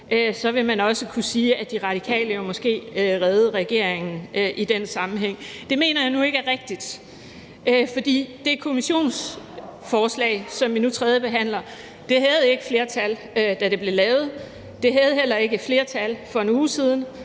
vil man også kunne sige, at De Radikale måske reddede regeringen i den sammenhæng. Det mener jeg nu ikke er rigtigt. Det kommissionsforslag, som vi nu tredjebehandler, havde ikke flertal, da det blev lavet. Det havde heller ikke flertal for en uge siden.